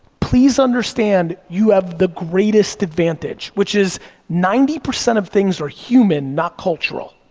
please understand you have the greatest advantage, which is ninety percent of things are human, not cultural.